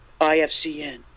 IFCN